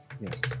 Yes